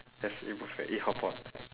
let's eat buffet eat hotpot